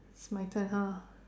it's my turn ha